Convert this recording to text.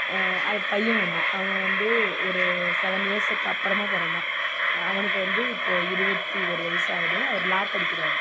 பையன் ஒன்று அவன் வந்து ஒரு செவன் இயர்ஸுக்கு அப்புறமா பிறந்தான் அவனுக்கு வந்து இப்போது இருபத்தி ஒரு வயசாகுது அவர் லா படிக்கிறார்